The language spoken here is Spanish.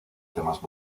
temas